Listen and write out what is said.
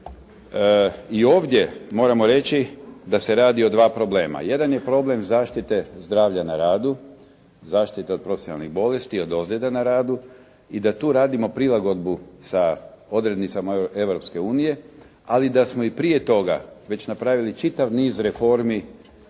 I ovdje moramo reći da se radi o dva problema, jedan je problem zaštite zdravlja na radu, zaštite o profesionalnih bolesti, od bolesti na radu i da tu radimo prilagodbu sa odrednicama Europske unije, ali da smo i prije toga već napravili čitav niz reformi